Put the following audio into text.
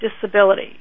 disability